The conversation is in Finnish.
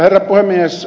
herra puhemies